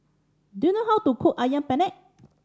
do you know how to cook Ayam Penyet